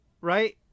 right